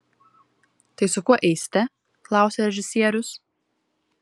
tai su kuo eisite klausia režisierius